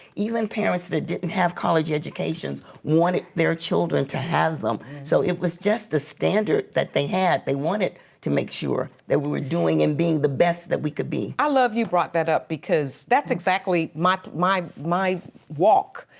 even parents that didn't have college educations wanted their children to have them. so it was just the standard that they had. they wanted to make sure that we were doing and being the best that we could be. i love you brought that up because that's exactly my my walk.